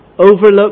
Overlook